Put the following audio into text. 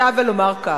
אני רוצה אבל לומר כך,